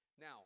Now